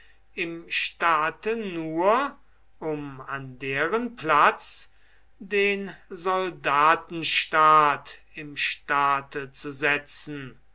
im staate nur um an deren platz den soldatenstaat im staate zu setzen